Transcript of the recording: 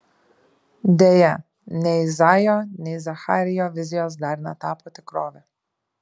deja nei izaijo nei zacharijo vizijos dar netapo tikrove